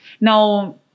Now